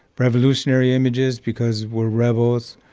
revolutionary images because we're rebels,